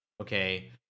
okay